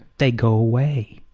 they go away.